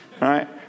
right